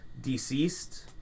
Deceased